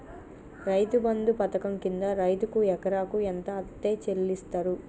రైతు బంధు పథకం కింద రైతుకు ఎకరాకు ఎంత అత్తే చెల్లిస్తరు?